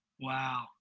Wow